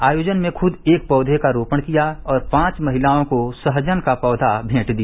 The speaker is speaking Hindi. आयोजन में खुद एक पौधे का रोपड़ किया और पांच महिलाओं को सहजन का पौवा मेंट दिया